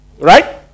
Right